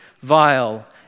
vile